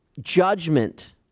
judgment